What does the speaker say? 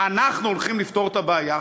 אנחנו הולכים לפתור את הבעיה.